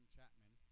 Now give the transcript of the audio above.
Chapman